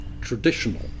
traditional